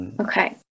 Okay